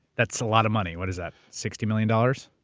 that's a lot of money. what is that, sixty million dollars?